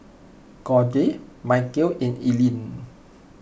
Gauge Michele and Eileen